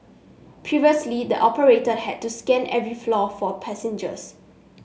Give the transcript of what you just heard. previously the operator had to scan every floor for passengers